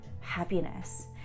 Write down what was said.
happiness